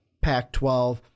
Pac-12